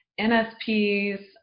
NSPs